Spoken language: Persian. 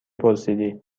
پرسیدی